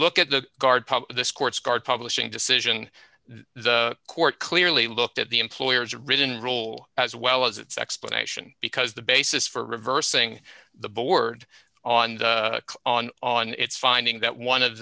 look at the guard this court's card publishing decision the court clearly looked at the employer's written rule as well as its explanation because the basis for reversing the board on the on on its finding that one